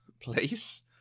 place